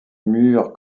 mur